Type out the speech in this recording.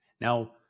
Now